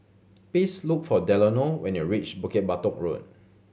please look for Delano when you reach Bukit Batok Road